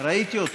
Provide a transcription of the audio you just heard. ראיתי אותו.